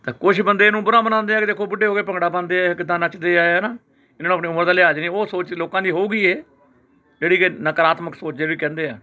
ਤਾਂ ਕੁਛ ਬੰਦੇ ਇਹਨੂੰ ਬੁਰਾ ਮਨਾਉਂਦੇ ਹੈ ਕਿ ਦੇਖੋ ਬੁੱਢੇ ਹੋ ਕੇ ਭੰਗੜਾ ਪਾਉਂਦੇ ਇਹ ਕਿੱਦਾਂ ਨੱਚਦੇ ਆ ਹੈ ਨਾ ਇਹਨਾਂ ਨੂੰ ਆਪਣੀ ਉਮਰ ਦਾ ਲਿਹਾਜ਼ ਨਹੀਂ ਉਹ ਸੋਚ ਲੋਕਾਂ ਦੀ ਹੋਵੇਗੀ ਇਹ ਜਿਹੜੀ ਕਿ ਨਕਾਰਾਤਮਕ ਸੋਚ ਜਿਹੜੀ ਕਹਿੰਦੇ ਆ